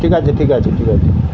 ঠিক আছে ঠিক আছে ঠিক আছে